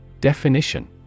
Definition